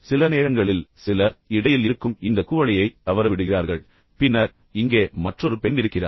சில நேரங்களில் சிலர் இடையில் இருக்கும் இந்த குவளையை தவறவிடுகிறார்கள் பின்னர் இங்கே மற்றொரு பெண் இருக்கிறார்